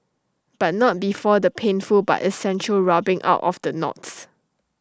but not before the painful but essential rubbing out of the knots